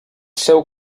seu